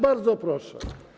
Bardzo proszę.